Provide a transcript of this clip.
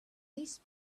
this